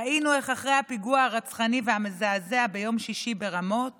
ראינו איך אחרי הפיגוע הרצחני והמזעזע ביום שישי ברמות